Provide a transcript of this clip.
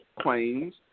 claims